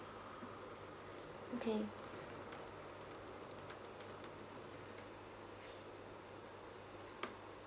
okay